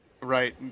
right